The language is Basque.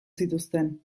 zituzten